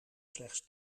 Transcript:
slechts